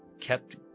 kept